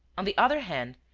on the other hand,